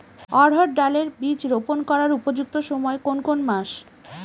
অড়হড় ডাল এর বীজ রোপন করার উপযুক্ত সময় কোন কোন মাস?